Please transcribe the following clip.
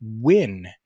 win